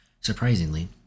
Surprisingly